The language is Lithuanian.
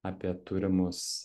apie turimus